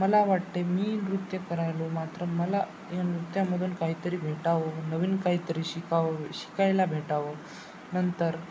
मला वाटते मी नृत्य करायलो मात्र मला या नृत्यामधून काहीतरी भेटावं नवीन काहीतरी शिकाव शिकायला भेटावं नंतर